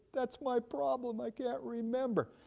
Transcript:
that's my problem i can't remember.